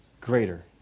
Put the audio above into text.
greater